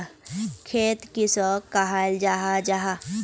खेत किसोक कहाल जाहा जाहा?